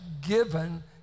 given